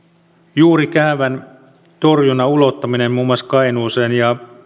juurikäävän torjunnan ulottaminen muun muassa kainuuseen ja